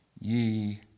ye